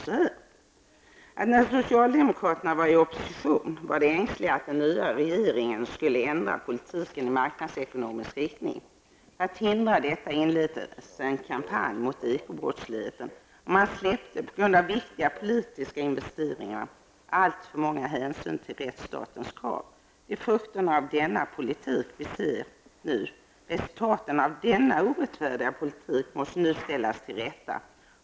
Han skrev att när socialdemokraterna var i opposition var de ängsliga att den nya regeringen skulle ändra politiken i marknadsekonomisk riktning. För att hindra detta inleddes en kampanj mot ekobrottslighet, och man släppte på grund av viktiga politiska ''investeringar'' alltför många hänsyn till rättsstatens krav. Det är frukterna av denna politik vi ser nu. Resultaten av denna orättfärdiga politik måste nu ställas till rätta.